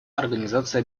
организации